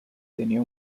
tenía